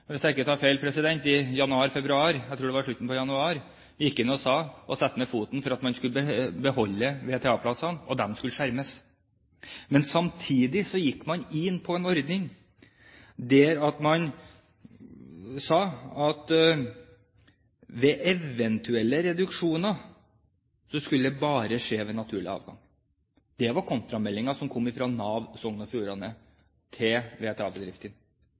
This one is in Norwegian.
i slutten av januar – hvis jeg ikke tar feil – satte ned foten og sa at man skulle beholde VTA-plassene, at de skulle skjermes. Samtidig gikk man inn på en ordning der man sa at eventuelle reduksjoner skulle bare skje ved naturlig avgang. Det var kontrameldingen som kom fra Nav Sogn og Fjordane til